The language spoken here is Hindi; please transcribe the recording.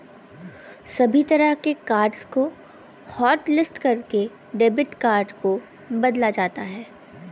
सभी तरह के कार्ड्स को हाटलिस्ट करके डेबिट कार्ड को बदला जाता है